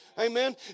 Amen